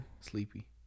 Sleepy